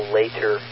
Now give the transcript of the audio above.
later